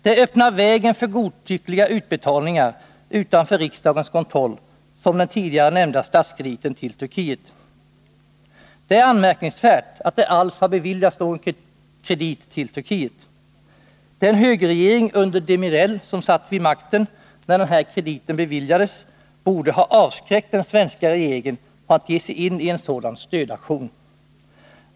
Det öppnar vägen för godtyckliga utbetalningar utanför riksdagens kontroll, såsom den tidigare nämnda statskrediten till Turkiet. Det är anmärkningsvärt att det alls har beviljats någon kredit till Turkiet. Den högerregering under Demirel som satt vid makten när den här krediten beviljades borde ha avskräckt den svenska regeringen från att ge sig in i en sådan stödaktion.